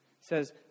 says